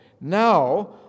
Now